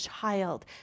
child